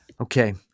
Okay